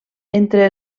entre